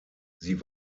sie